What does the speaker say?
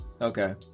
okay